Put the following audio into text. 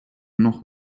noch